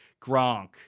Gronk